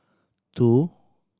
two